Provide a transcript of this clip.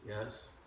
Yes